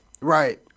right